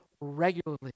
regularly